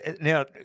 now